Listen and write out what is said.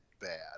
bad